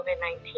COVID-19